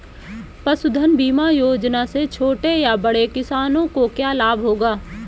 पशुधन बीमा योजना से छोटे या बड़े किसानों को क्या लाभ होगा?